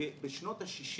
בשנות ה-60